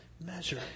measure